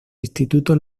instituto